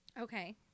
Okay